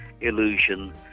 illusion